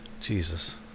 Jesus